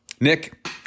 Nick